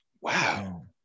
Wow